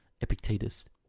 Epictetus